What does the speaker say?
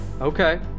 okay